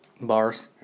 bars